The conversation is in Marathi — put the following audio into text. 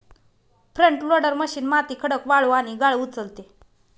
फ्रंट लोडर मशीन माती, खडक, वाळू आणि गाळ उचलते